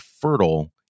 fertile